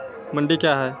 मंडी क्या हैं?